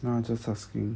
no I was just asking